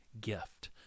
gift